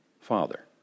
Father